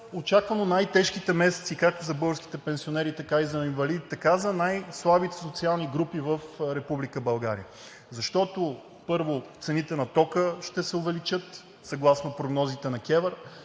очаквано най-тежките месеци както за българските пенсионери, така и за инвалидите, така и за най слабите социални групи в Република България, защото, първо, цените на тока ще се увеличат съгласно прогнозите на КЕВР.